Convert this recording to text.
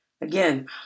Again